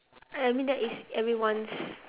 I mean that is everyone's